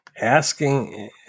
Asking